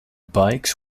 bikes